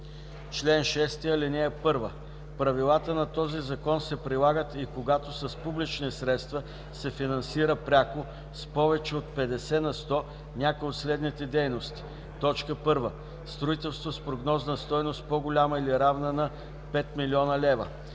Чл. 6. (1) Правилата на този закон се прилагат и когато с публични средства се финансира пряко с повече от 50 на сто някоя от следните дейности: 1. строителство с прогнозна стойност, по-голяма или равна на 5 000 000 лв.;